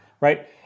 Right